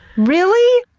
really!